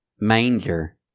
manger